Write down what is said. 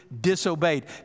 disobeyed